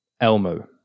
Elmo